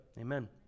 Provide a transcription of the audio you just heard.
amen